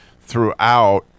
throughout